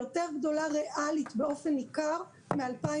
יותר גדולה ריאלית באופן ניכר מ-2019.